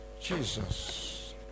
Jesus